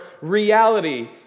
reality